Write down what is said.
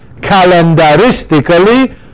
Calendaristically